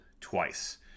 twice